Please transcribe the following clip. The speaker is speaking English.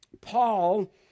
Paul